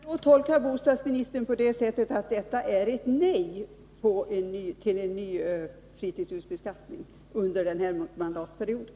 Herr talman! Kan jag tolka bostadsministern på det sättet att detta innebär ett nej till en ny fritidshusbeskattning under den här mandatperioden?